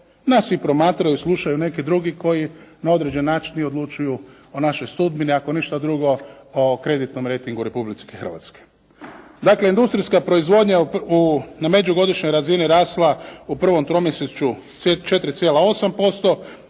nas i promatraju i slušaju neki drugi koji na određeni način i odlučuju o našoj sudbini. Ako ništa drugo o kreditnom rejtingu u Republici Hrvatskoj. Dakle industrijska proizvodnja u, na međugodišnjoj razini rasla u prvom tromjesječju 4,8%.